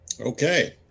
Okay